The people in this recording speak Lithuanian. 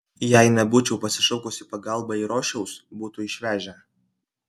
jei nebūčiau pasišaukus į pagalbą eirošiaus būtų išvežę